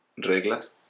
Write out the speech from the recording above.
reglas